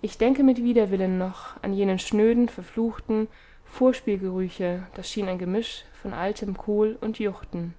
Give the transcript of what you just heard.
ich denke mit widerwillen noch an jene schnöden verfluchten vorspielgerüche das schien ein gemisch von altem kohl und juchten